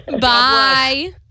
Bye